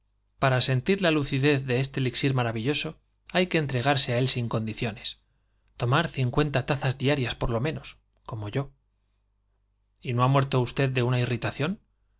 para sentir la lucidez de este elixir maravilloso hay que entre garse á él sin condiciones tomar cincuenta tazas dia rias por lo menos como yo y no ha muerto usted de una irritación